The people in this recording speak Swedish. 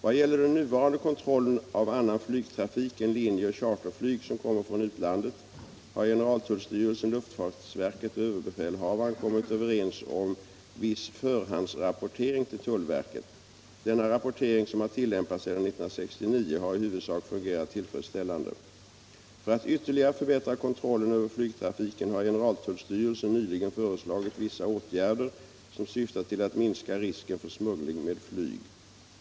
Vad gäller den nuvarande kontrollen av annan flygtrafik än linjeoch charterflyg som kommer från utlandet har generaltullstyrelsen, luftfartsverket och överbefälhavaren kommit överens om viss förhandsrapportering till tullverket. Denna rapportering, som har tillämpats sedan 1969, har i huvudsak fungerat tillfredsställande. För att ytterligare förbättra kontrollen över flygtrafiken har generaltullstyrelsen nyligen föreslagit vissa åtgärder som syftar till att minska risken för smuggling med flyg.